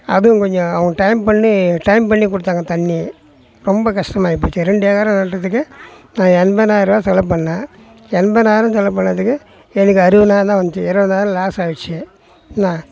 அதுவும் கொஞ்சம் அவங்க டைம் பண்ணி டைம் பண்ணி கொடுத்தாங்க தண்ணி ரொம்ப கஷ்டமாயிப்போச்சு ரெண்டு ஏக்கராக நட்டதுக்கு நான் எண்பதனாயிர்ரூபா செலவு பண்ணிணேன் எண்பதானாயிரம் செலவு பண்ணதுக்கு எனக்கு அறுபதனாயிரந்தான் வந்துச்சு இருபதனாயிரம் லாஸ் ஆகிருச்சு என்ன